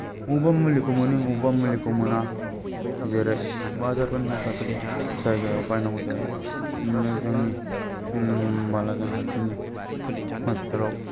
अबेबा मुलिखौ मोनो अबेबा मुलिखौ मोना जेरै बाजारफोरनि माखासे जायगायाव बायनांगौ जायो ओमफ्राय जोंनि बालाजान खाथिनि हसस्पितालाव